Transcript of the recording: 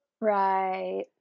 Right